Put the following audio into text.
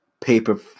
paper